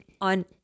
on